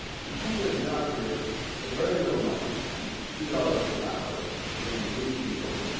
to come get a job here for very little money you know two dollars an hour doing roofing or